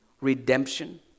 Redemption